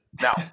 Now